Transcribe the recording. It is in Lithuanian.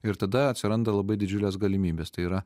ir tada atsiranda labai didžiulės galimybės tai yra